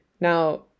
Now